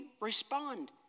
respond